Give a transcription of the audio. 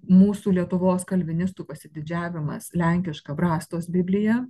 mūsų lietuvos kalvinistų pasididžiavimas lenkiška brastos biblija